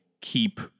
keep